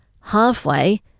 halfway